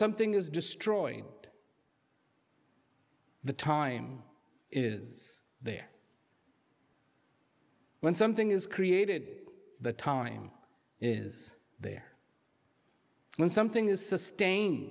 something is destroyed the time is there when something is created the time is there when something is sustain